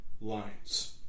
lines